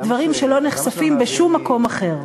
דברים שלא נחשפים בשום מקום אחר.